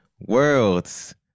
Worlds